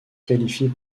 qualifie